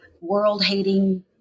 world-hating